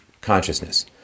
consciousness